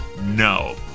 No